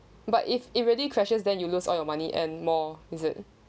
but if it really crashes then you lose all your money and more is it